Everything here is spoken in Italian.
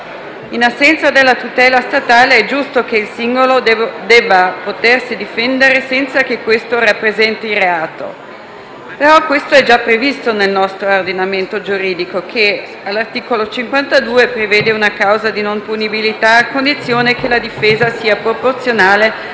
In assenza della tutela statale è giusto che il singolo debba potersi difendere senza che questo rappresenti reato. Questo, però, è già previsto nel nostro ordinamento giuridico che, all'articolo 52, prevede una causa di non punibilità, a condizione che la difesa sia proporzionale